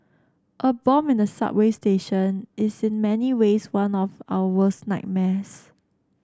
a bomb in the subway station is in many ways one of our worst nightmares